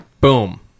Boom